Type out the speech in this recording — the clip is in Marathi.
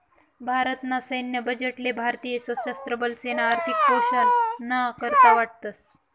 भारत ना सैन्य बजेट ले भारतीय सशस्त्र बलेसना आर्थिक पोषण ना करता वाटतस